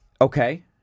Okay